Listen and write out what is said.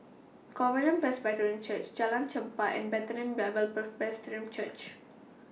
Covenant Presbyterian Church Jalan Chempah and Bethlehem Bible Presbyterian Church